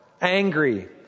angry